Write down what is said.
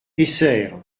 essert